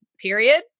period